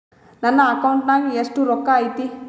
ನನ್ನ ಅಕೌಂಟ್ ನಾಗ ಎಷ್ಟು ರೊಕ್ಕ ಐತಿ?